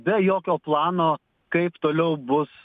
be jokio plano kaip toliau bus